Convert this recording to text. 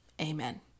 Amen